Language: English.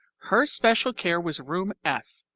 her special care was room f,